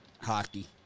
Hockey